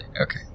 okay